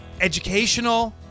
educational